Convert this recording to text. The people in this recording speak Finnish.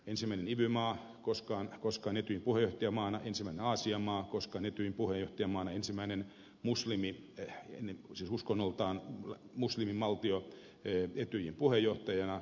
ensimmäinen ivy maa koskaan etyjin puheenjohtajamaana ensimmäinen aasian maa koskaan etyjin puheenjohtajamaana ensimmäinen uskonnoltaan muslimivaltio etyjin puheenjohtajana